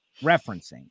referencing